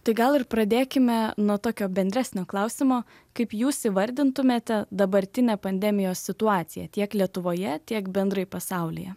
tai gal ir pradėkime nuo tokio bendresnio klausimo kaip jūs įvardintumėte dabartinę pandemijos situaciją tiek lietuvoje tiek bendrai pasaulyje